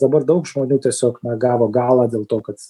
dabar daug žmonių tiesiog na gavo galą dėl to kad